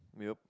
yup